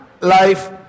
life